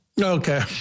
Okay